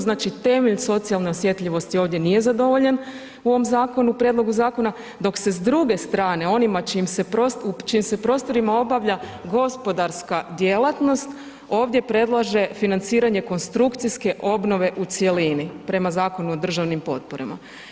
Znači temelj socijalne osjetljivosti ovdje nije zadovoljen u ovom zakonu, prijedlogu zakona, dok se s druge strane onima čijim se, u čijim se prostorima obavlja gospodarska djelatnost ovdje predlaže financiranje konstrukcijske obnove u cjelini prema Zakonu o državnim potporama.